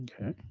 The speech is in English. Okay